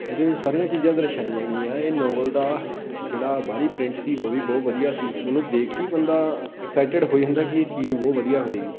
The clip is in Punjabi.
ਇਹਦੇ ਵਿੱਚ ਸਾਰੀਆਂ ਚੀਜ਼ਾਂ ਦਰਸ਼ਾਈਆਂ ਗਈਆਂ ਇਹ ਨੋਵਲ ਦਾ ਜਿਹੜਾ ਬਾਹਰੀ ਪ੍ਰਿੰਟ ਸੀ ਉਹ ਵੀ ਬਹੁਤ ਵਧੀਆ ਸੀ ਉਹਨੂੰ ਦੇਖ ਕੇ ਹੀ ਬੰਦਾ ਐਕਸਾਈਟਡ ਹੋ ਜਾਂਦਾ ਕਿ ਇਹ ਚੀਜ਼ ਬਹੁਤ ਵਧੀਆ ਹੋਏਗੀ